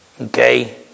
Okay